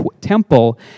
temple